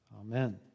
Amen